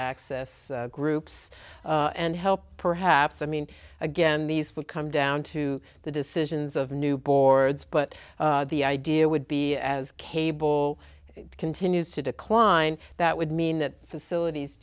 access groups and help perhaps i mean again these would come down to the decisions of new boards but the idea would be as cable continues to decline that would mean that facilities